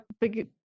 big